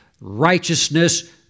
righteousness